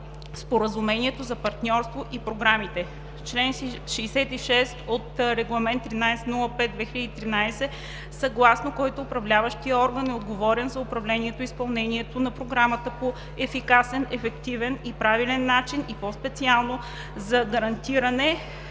споразумението за партньорство и програмите; - чл. 66 от Регламент 1305/2013, съгласно който Управляващият орган е отговорен за управлението и изпълнението на програмата по ефикасен, ефективен и правилен начин и по-специално за гарантиране,